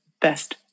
best